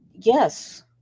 Yes